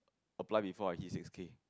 apply before I hit six K